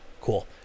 Cool